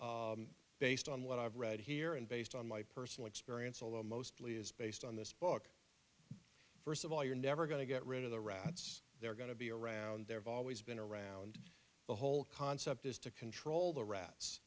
group based on what i've read here and based on my personal experience although mostly is based on this book first of all you're never going to get rid of the rats they're going to be around they're vollies been around the whole concept is to control the rats